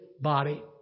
body